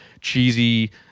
cheesy